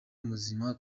muzima